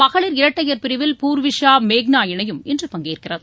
மகளிர் இரட்டையர் பிரிவில் பூர்விஷா மேகனா இணையும் இன்று பங்கேற்கிறது